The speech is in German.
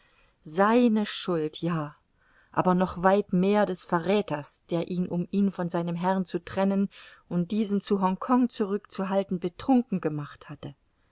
seine schuld ja aber noch weit mehr des verräthers der ihn um ihn von seinem herrn zu trennen und diesen zu hongkong zurückzuhalten betrunken gemacht hatte